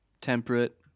temperate